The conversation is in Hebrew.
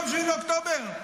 אתם לא הייתם פה ב-7 באוקטובר?